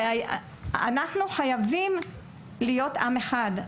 אנחנו חייבים להיות עם אחד.